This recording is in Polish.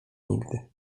nigdy